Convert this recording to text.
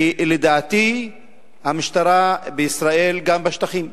ולדעתי המשטרה בישראל, גם בשטחים,